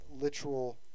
literal